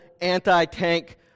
anti-tank